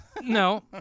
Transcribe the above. No